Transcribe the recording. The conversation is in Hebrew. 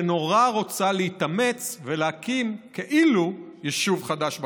שנורא רוצה להתאמץ ולהקים כאילו יישוב חדש בגולן.